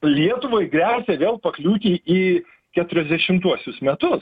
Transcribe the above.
lietuvai gręsia vėl pakliūti į keturiasdešimtuosius metus